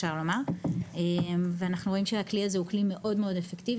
אנחנו רואים שהכלי הזה הוא כלי מאוד מאוד אפקטיבי